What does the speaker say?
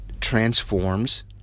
transforms